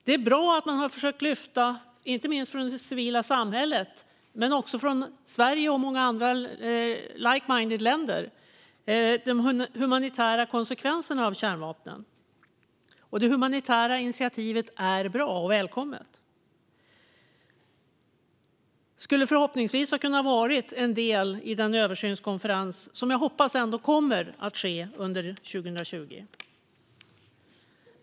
Det är bra att såväl det civila samhället som Sverige och många andra like-minded-länder har försökt lyfta de humanitära konsekvenserna av kärnvapnen. Det humanitära initiativet är bra och välkommet. Det skulle förhoppningsvis ha kunnat vara en del av den översynskonferens som jag hoppas ändå kommer att ske under 2020.